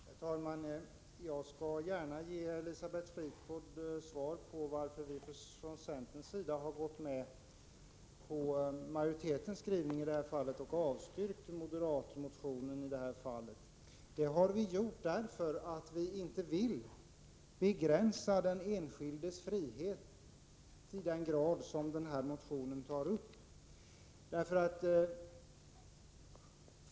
Herr talman! Jag skall gärna ge Elisabeth Fleetwood svar på frågan varför centern har gått med på majoritetens skrivning i detta fall och avstyrkt den moderata motionen. Vi har gjort det därför att vi inte vill begränsa den enskildes frihet till den grad som motionären vill.